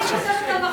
תתרגמי.